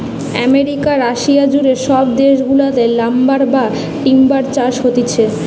America, Russia জুড়ে সব দেশ গুলাতে লাম্বার বা টিম্বার চাষ হতিছে